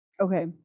okay